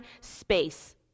space